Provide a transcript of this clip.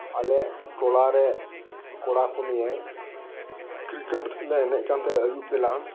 ᱟᱞᱮ ᱴᱚᱞᱟᱨᱮ ᱠᱚᱲᱟᱠᱩ ᱱᱤᱭᱮ ᱠᱨᱤᱠᱮᱴᱞᱮ ᱮᱱᱮᱡ ᱠᱟᱱ ᱛᱟᱦᱮᱱᱟ ᱟᱹᱭᱩᱵ ᱵᱮᱞᱟ